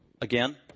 again